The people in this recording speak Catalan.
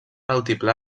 altiplà